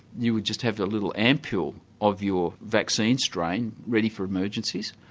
you would just have a little ampule of your vaccine strain ready for emergencies,